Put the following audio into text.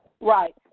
Right